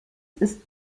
ist